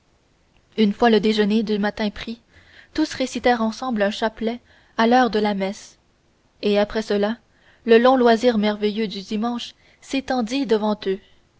une fois le déjeuner du matin pris tous récitèrent ensemble un chapelet à l'heure de la messe et après cela le ion loisir merveilleux du dimanche s'étendit devant eux